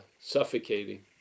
suffocating